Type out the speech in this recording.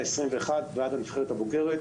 לבני 21 ועד לנבחרת הבוגרת.